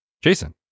Jason